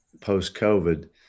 post-covid